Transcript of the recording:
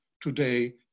today